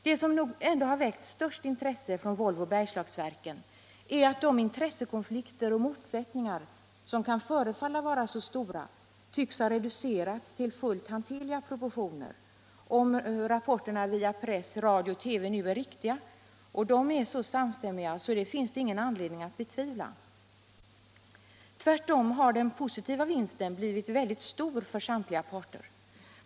Det som nog ändå har väckt störst intresse i försöket hos Volvo Bergslagsverken är att intressekonflikter och motsättningar som kan förefalla vara mycket stora tycks ha reducerats till fullt hanterliga proportioner — om rapporterna via press, radio och TV nu är riktiga, och de är så samstämmiga att det inte finns någon anledning att betvivla det. Tvärtom har den positiva vinsten blivit väldigt stor för samtliga parter.